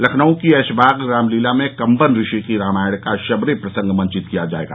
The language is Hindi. लखनऊ की ऐशबाग रामलीला में कम्बन ऋषि की रामायण का शबरी प्रसंग मंचित किया जायेगा